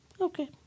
Okay